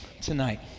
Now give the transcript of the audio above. tonight